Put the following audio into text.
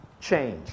change